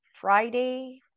Friday